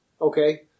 Okay